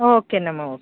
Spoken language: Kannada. ಓಕೆನಮ್ಮ ಓಕೆ